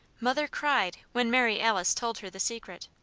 mother cried when mary alice told her the secret.